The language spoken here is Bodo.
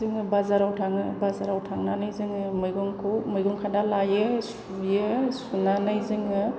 जोङो बाजाराव थाङो बाजाराव थांनानै जोङो मैगंखौ मैगंखादा लायो सुयो सुनानै जोङो